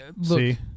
see